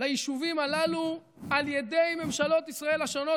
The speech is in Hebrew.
ליישובים הללו על ידי ממשלות ישראל השונות.